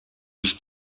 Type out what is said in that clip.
sich